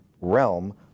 realm